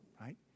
right